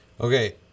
okay